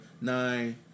nine